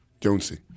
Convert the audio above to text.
Jonesy